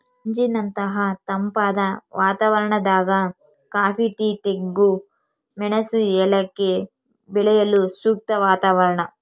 ಮಂಜಿನಂತಹ ತಂಪಾದ ವಾತಾವರಣದಾಗ ಕಾಫಿ ಟೀ ತೆಂಗು ಮೆಣಸು ಏಲಕ್ಕಿ ಬೆಳೆಯಲು ಸೂಕ್ತ ವಾತಾವರಣ